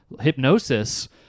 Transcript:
hypnosis